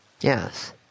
Yes